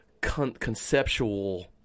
conceptual